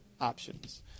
options